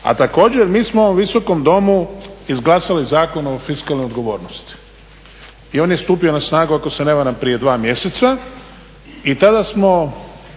A također mi smo u ovom Visokom domu izglasali Zakon o fiskalnoj odgovornosti i on je stupio na snagu ako se ne varam prije dva mjeseca i tada smo